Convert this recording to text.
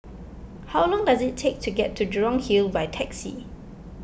how long does it take to get to Jurong Hill by taxi